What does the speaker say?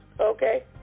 Okay